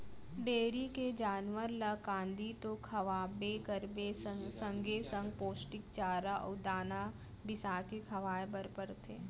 dairy के जानवर ल कांदी तो खवाबे करबे संगे संग पोस्टिक चारा अउ दाना बिसाके खवाए बर परथे